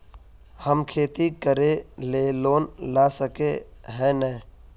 हम खेती करे ले लोन ला सके है नय?